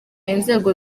inzego